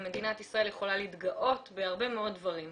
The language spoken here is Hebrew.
ומדינת ישראל יכולה להתגאות בהרבה מאוד דברים.